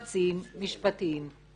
היועץ המשפטי אין שום צורך בחוק הזה.